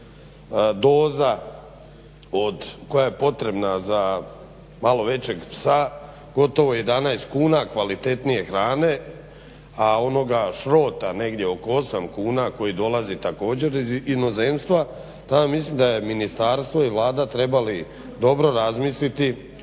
doza od koja je potrebna za malo većeg psa gotovo 11 kuna kvalitetnije hrane a onoga šrota negdje oko 8 kuna koji dolazi također iz inozemstva, ja mislim da ministarstvo i Vlada trebali dobro razmisliti